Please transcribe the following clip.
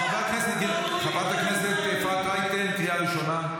חברת הכנסת אפרת רייטן, קריאה ראשונה.